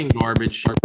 garbage